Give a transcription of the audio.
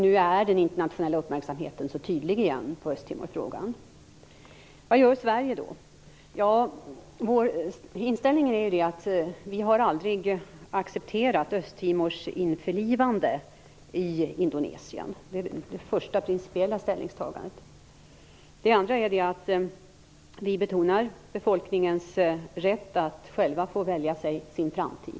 Nu är den internationella uppmärksamheten på Östtimorfrågan återigen mycket tydlig. Vad gör då Sverige? Ja, för det första är vår inställning att vi aldrig har accepterat Östtimors införlivande med Indonesien. Det är alltså det första principiella ställningstagandet. För det andra betonar vi befolkningens rätt att själv få välja sin framtid.